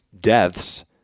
deaths